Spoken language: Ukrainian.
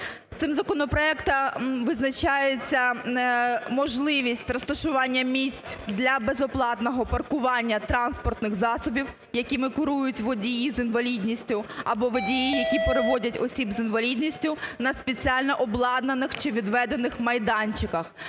Цим законопроектом визначається можливість розташування місць для безоплатного паркування транспортних засобів, якими керують водії з інвалідністю або водії, які перевозять осіб з інвалідністю, на спеціально обладнаних чи відведених майданчиках.